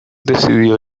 decidió